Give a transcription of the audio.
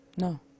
No